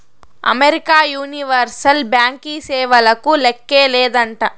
America universal బ్యాంకీ సేవలకు లేక్కే లేదంట